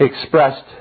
expressed